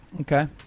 Okay